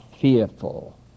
fearful